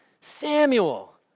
Samuel